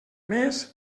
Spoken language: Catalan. més